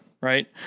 right